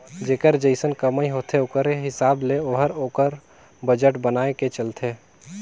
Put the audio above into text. जेकर जइसन कमई होथे ओकरे हिसाब ले ओहर ओकर बजट बनाए के चलथे